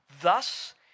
thus